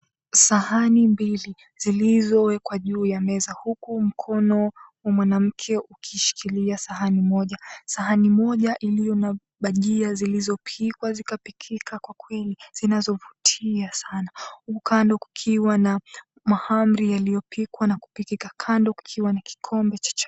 Sahani mbili zilizo wekwa juu ya meza huku mkono wa mwanamke ukishikilia sahani moja. Sahani moja iliyo na bajia zilizopikwa zikapikika kwa kweli, zinazovutia sana. Huku kando kukiwa na mahamri yaliyopikwa na kupikika, kando kukiwa na kikombe.